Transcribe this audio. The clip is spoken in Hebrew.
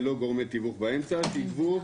ללא גורמי תיווך באמצע שיגבו,